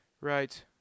Right